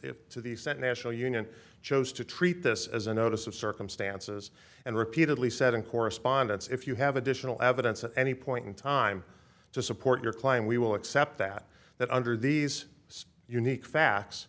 to the set national union chose to treat this as a notice of circumstances and repeatedly said in correspondence if you have additional evidence at any point in time to support your claim we will accept that that under these unique facts